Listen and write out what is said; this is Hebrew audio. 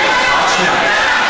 הדבר הזה.